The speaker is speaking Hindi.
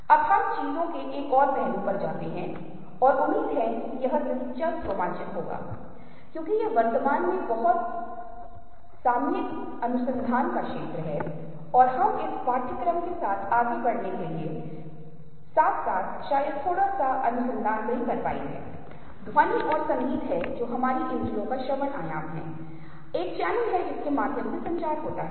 यदि आप पक्षियों के इस छवि को देखते हैं तो आप पाते हैं कि यदि आप काले पक्षी की पहचान करने में सक्षम हैं तो किसी तरह आप सफेद पक्षी की उपेक्षा करते हैं जब आप सफेद पक्षी पर ध्यान केंद्रित कर रहे हैं तो आप काले पक्षी की उपेक्षा करते हैं ऐसा इसलिए है क्योंकि आप देखते हैं कि यह अग्रभूमि बन जाता है यह पृष्ठभूमि बन जाता है और जब यह पिछला अग्रभूमि बन जाता है तो यह पृष्ठभूमि बन जाता है